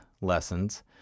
lessons